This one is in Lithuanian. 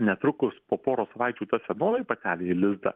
netrukus po poros savaičių ta senoji patelė į lizdą